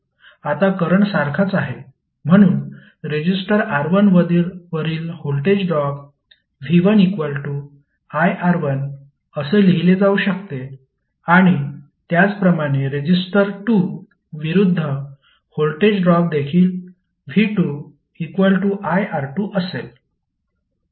आता करंट सारखाच आहे म्हणून रेजिस्टर R1 वरील व्होल्टेज ड्रॉप v1iR1 असे लिहिले जाऊ शकते आणि त्याचप्रमाणे रेजिस्टर 2 विरूद्ध व्होल्टेज ड्रॉप देखील v2iR2 असेल